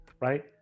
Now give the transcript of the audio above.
right